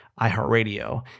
iHeartRadio